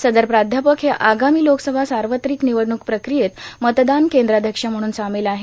सदर प्राध्यापक हे आगामी लोकसभा सावत्रिक र्मनवडणूक प्रक्रियेत मतदान कद्राध्यक्ष म्हणून सामील आहेत